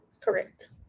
Correct